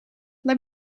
let